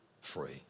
free